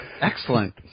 Excellent